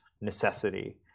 necessity